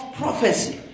prophecy